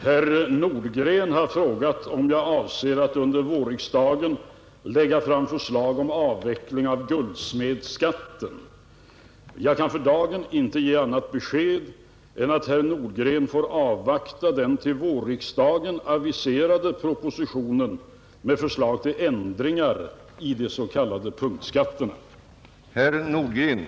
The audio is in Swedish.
Herr talman! Herr Nordgren har frågat mig, om jag avser att under värriksdagen lägga fram förslag om avveckling av guldsmedsskatten. Jag kan för dagen inte ge annat besked än att herr Nordgren får avvakta den till vårriksdagen aviserade propositionen med förslag till ändringar i de s.k. punktskatterna.